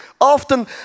often